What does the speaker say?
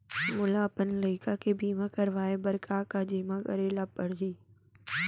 मोला अपन लइका के बीमा करवाए बर का का जेमा करे ल परही?